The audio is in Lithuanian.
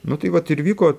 nu tai vat ir vyko